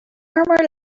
murmur